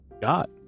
got